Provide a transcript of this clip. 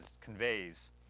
conveys